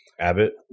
Abbott